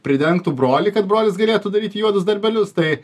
pridengtų brolį kad brolis galėtų daryti juodus darbelius tai